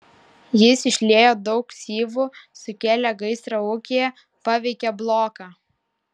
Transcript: jis išliejo daug syvų sukėlė gaisrą ūkyje paveikė bloką